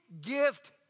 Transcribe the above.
gift